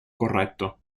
corretto